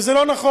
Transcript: וזה לא נכון,